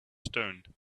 stone